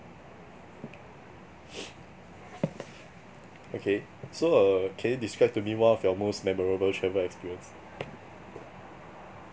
okay so err can you describe to me one of your most memorable travel experience